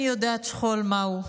אני יודעת שכול מהו,